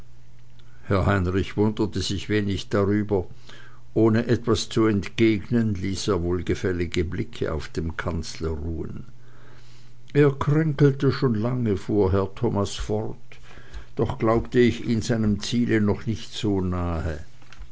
herr heinrich wunderte sich wenig darüber ohne etwas zu entgegnen ließ er wohlgefällige blicke auf dem kanzler ruhen er kränkelte schon lange fuhr herr thomas fort doch glaubte ich ihn seinem ziele noch nicht so nahe